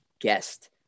guest